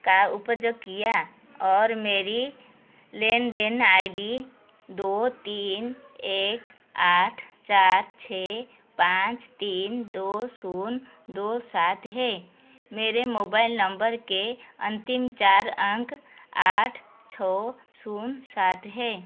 का उपयोग किया और मेरी लेन देन आई डी दो तीन एक आठ चार छः पाँच तीन दो शून्य दो सात है मेरे मोबाइल नंबर के अंतिम चार अंक आठ छः शून्य सात हैं